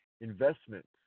Investments